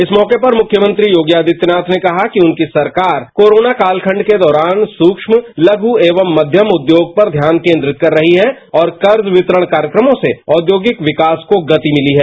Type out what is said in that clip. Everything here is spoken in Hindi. इस मौके पर मुख्यमंत्री योगी आदित्यनाथ ने कहा कि उनकी सरकार कोरोना का अखंडके दौरान सूक्ष्म लपु एवं मध्यम उद्योग पर ध्यान कॉद्रित कर रही है और कर्ज वितरणकार्यक्रमों से औद्योगिक विकास को गति मिली है